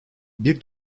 bir